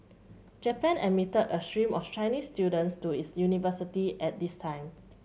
Japan admitted a stream of Chinese students to its universities at this time